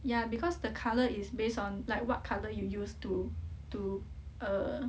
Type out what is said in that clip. ya because the colour is base on like what colour you use to to err